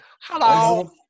Hello